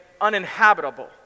uninhabitable